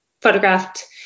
photographed